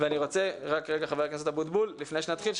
אני רוצה לפני שנתחיל,